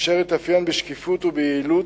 אשר מתאפיין בשקיפות ויעילות,